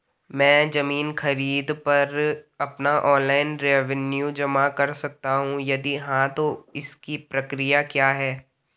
मैं ज़मीन खरीद पर अपना ऑनलाइन रेवन्यू जमा कर सकता हूँ यदि हाँ तो इसकी प्रक्रिया क्या है?